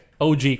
OG